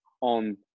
on